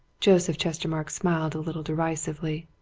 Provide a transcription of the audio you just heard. joseph chestermarke smiled a little derisively.